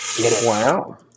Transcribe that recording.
Wow